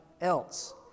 else